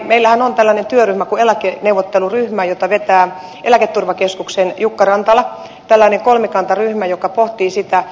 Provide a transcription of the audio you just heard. meillähän on tällainen työryhmä kuin eläkeneuvotteluryhmä jota vetää eläketurvakeskuksen jukka rantala tällainen kolmikantaryhmä joka pohtii sitä